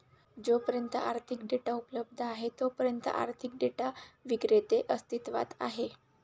जोपर्यंत आर्थिक डेटा उपलब्ध आहे तोपर्यंत आर्थिक डेटा विक्रेते अस्तित्वात आहेत